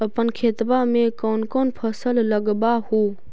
अपन खेतबा मे कौन कौन फसल लगबा हू?